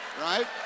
Right